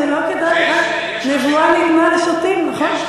אמרתי שלא כדאי, רק, נבואה ניתנה לשוטים, נכון?